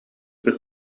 per